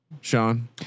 Sean